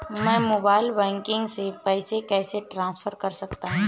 मैं mobile banking से पैसे कैसे ट्रांसफर कर सकता हूं?